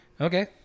Okay